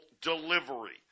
delivery